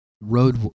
road